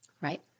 Right